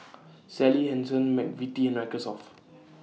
Sally Hansen Mcvitie's and Microsoft